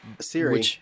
Siri